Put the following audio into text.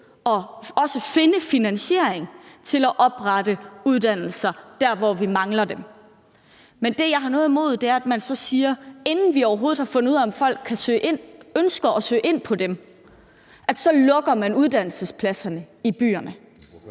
imod at finde finansiering til at oprette uddannelser der, hvor vi mangler dem, men det, jeg har noget imod, er, at man, inden vi overhovedet har fundet ud af, om folk ønsker at søge ind på dem, så lukker uddannelsespladserne i byerne.